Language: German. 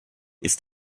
ist